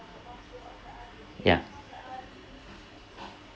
ya